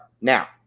Now